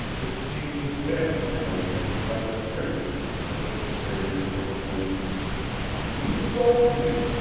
it seemed to bend toward me rather frigidly as if to say reproachfully you sold me!